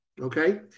Okay